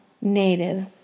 native